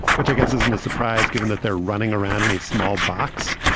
which i guess isn't a surprise given that they're running around in a small box.